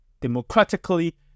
democratically